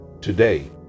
today